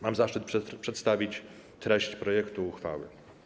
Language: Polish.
Mam zaszczyt przedstawić treść projektu uchwały.